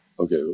Okay